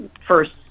first